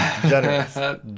Generous